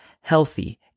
healthy